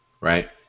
right